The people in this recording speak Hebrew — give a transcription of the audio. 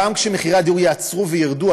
גם כשמחירי הדיור ייעצרו וירדו,